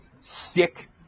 sick